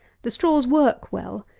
the straws work well,